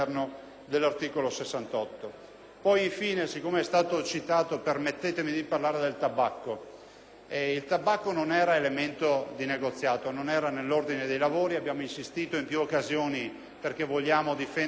Dal momento che è stato citato, permettetemi poi di parlare del tabacco, che non era elemento di negoziato, non era nell'ordine dei lavori. Abbiamo insistito in più occasioni perché vogliamo difendere il comparto